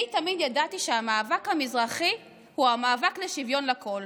אני תמיד ידעתי שהמאבק המזרחי הוא המאבק לשוויון לכול.